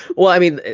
well, i mean,